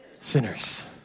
Sinners